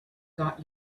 got